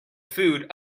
food